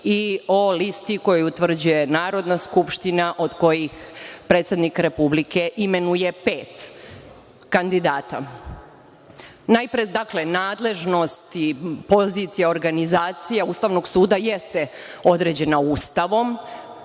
i o listi koju utvrđuje Narodna skupština, od kojih predsednik Republike imenuje pet kandidata. Najpre, dakle, nadležnost i pozicija, organizacija Ustavnog suda jeste određena Ustavom.